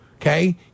okay